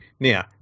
now